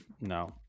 no